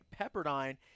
Pepperdine